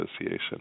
Association